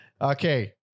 Okay